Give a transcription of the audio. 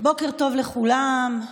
טוב לכולם.